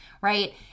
right